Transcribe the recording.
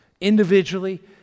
individually